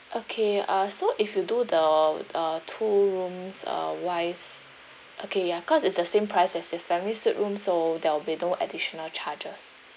okay uh so if you do the uh two rooms uh wise okay ya cause it's the same price as the family suite room so there'll be no additional charges